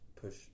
push